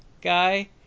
guy